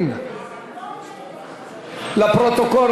לפרוטוקול,